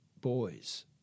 boys